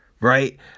right